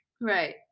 right